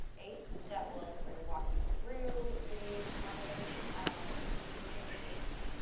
ace that will sort of walk you through the findings that you see in the ace